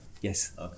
Yes